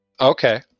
Okay